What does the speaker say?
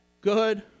good